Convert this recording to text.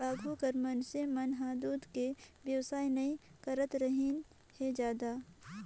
आघु कर मइनसे मन हर दूद के बेवसाय नई करतरहिन हें जादा